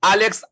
Alex